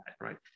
right